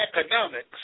economics